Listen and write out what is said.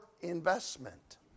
investment